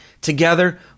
Together